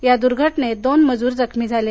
या दुर्घटनेत दोन मजूर जखमी झाले